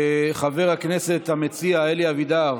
חבר הכנסת המציע, אלי אבידר,